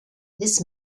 this